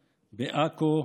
בעכו,